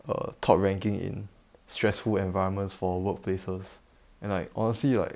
err top ranking in stressful environments for workplaces and like honestly right